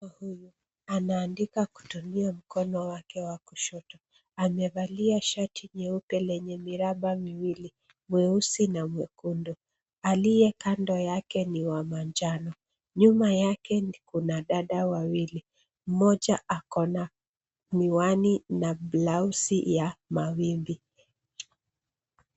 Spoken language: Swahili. Huyu anaandika kutumia mkono wake wa kushoto, amevalia shati nyeupe lenye miraba miwili, mweusi na mwekundu. Aliye kando yake ni wa manjano, nyuma yake kuna dada wawili. Mmoja akona miwani na blausi ya mawimbi.